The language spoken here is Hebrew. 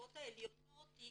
לחטיבות העליונות היא